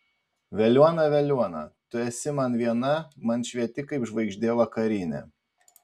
veliuona veliuona tu esi man viena man švieti kaip žvaigždė vakarinė